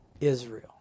Israel